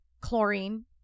chlorine